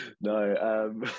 No